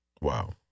Wow